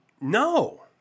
No